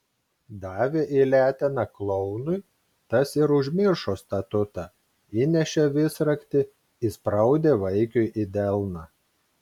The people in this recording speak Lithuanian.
davė į leteną klounui tas ir užmiršo statutą įnešė visraktį įspraudė vaikiui į delną